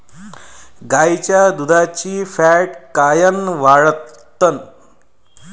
गाईच्या दुधाची फॅट कायन वाढन?